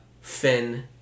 Finn